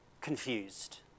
confused